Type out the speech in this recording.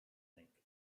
think